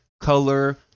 color